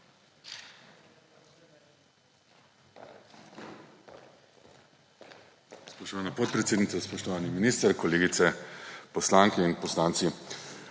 Spoštovana podpredsednica, spoštovani minister, kolegice poslanke in poslanci!